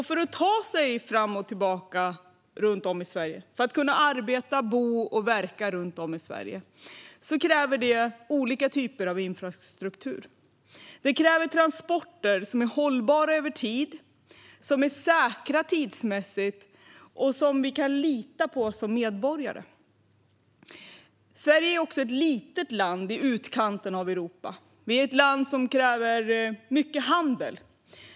För att ta sig fram och tillbaka runt om i Sverige och för att kunna arbeta, bo och verka runt om i Sverige krävs det olika typer av infrastruktur. Det krävs transporter som är hållbara över tid, som är säkra tidsmässigt och som vi som medborgare kan lita på. Sverige är också ett litet land i utkanten av Europa. Vi är ett land som kräver mycket handel.